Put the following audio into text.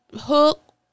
hook